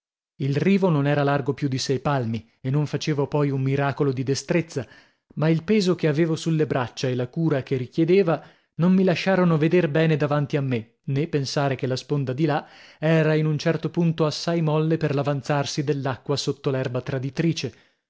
il rivo non era largo più di sei palmi e non facevo poi un miracolo di destrezza ma il peso che avevo sulle braccia e la cura che richiedeva non mi lasciarono veder bene davanti a me nò pensare che la sponda di là era in un certo punto assai molle per l'avanzarsi dell'acqua sotto l'erba traditrice